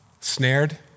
snared